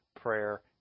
Prayer